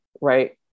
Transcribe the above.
right